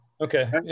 Okay